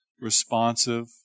responsive